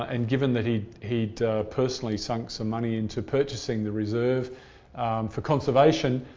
and given that he'd he'd personally sunk some money into purchasing the reserve for conservation,